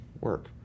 work